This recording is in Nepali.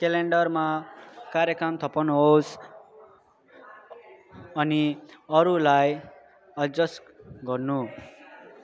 क्यालेन्डरमा कार्यक्रम थप्नुहोस् अनि अरूलाई अजस गर्नू